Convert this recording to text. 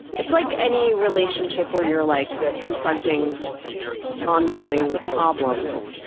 it's like any relationship where you're like confronting on-going problems.